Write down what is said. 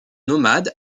nomades